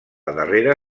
darrera